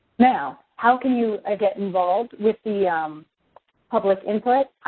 now, how can you ah get involved with the um public input?